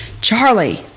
Charlie